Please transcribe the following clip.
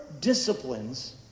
disciplines